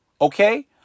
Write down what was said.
Okay